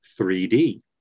3D